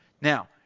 Now